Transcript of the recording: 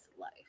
life